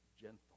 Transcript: gentle